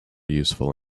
useful